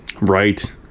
right